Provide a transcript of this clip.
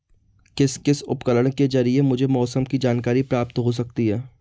किस किस उपकरण के ज़रिए मुझे मौसम की जानकारी प्राप्त हो सकती है?